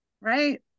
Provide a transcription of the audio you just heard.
Right